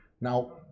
Now